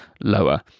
lower